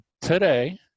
today